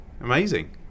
amazing